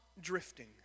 drifting